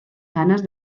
ganas